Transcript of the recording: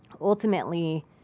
ultimately